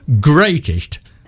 greatest